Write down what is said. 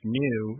new